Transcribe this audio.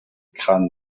crânes